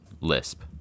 Lisp